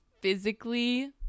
physically